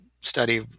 study